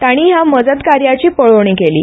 तांणी ह्या मजतकार्याची पळोवणी केली